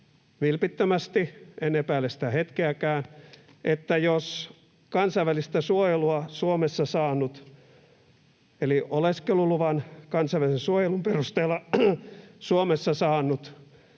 vilpittömästi, en epäile sitä hetkeäkään — että jos kansainvälistä suojelua Suomessa saanut eli oleskeluluvan kansainvälisen suojelun perusteella Suomessa saanut